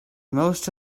most